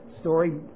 story